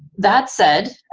that said,